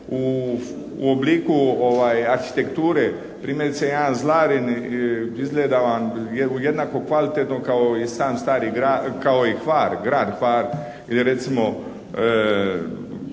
u obliku arhitekture. Primjerice jedan Zlarin izgleda vam u jednako kvalitetno kao i sam stari grad, kao i Hvar, Grad